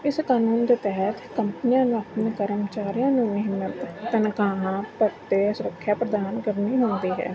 ਇਸ ਕਾਨੂੰਨ ਦੇ ਤਹਿਤ ਕੰਪਨੀਆਂ ਨੂੰ ਆਪਣੇ ਕਰਮਚਾਰੀਆਂ ਨੂੰ ਮਿਹਤਨ ਤਨਖਾਹਾਂ ਭੱਤੇ ਸੁਰੱਖਿਆ ਪ੍ਰਦਾਨ ਕਰਨੀ ਹੁੰਦੀ ਹੈ